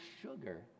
sugar